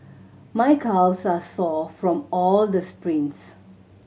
my calves are sore from all the sprints